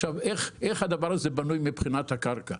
איך הדבר הזה בנוי מבחינת הקרקע?